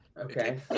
Okay